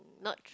not tr~